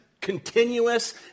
continuous